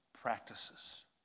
practices